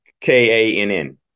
K-A-N-N